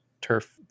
turf